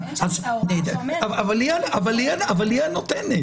היא הנותנת.